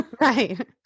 Right